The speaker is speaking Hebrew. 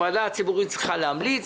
הוועדה הציבורית צריכה להמליץ.